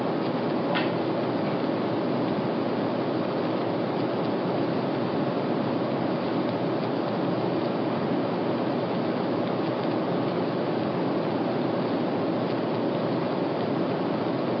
world